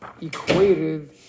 equated